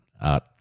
art